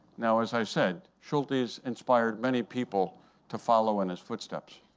now, as i said, schultes inspired many people to follow in his footsteps.